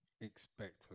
expect